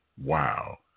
wow